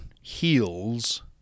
heals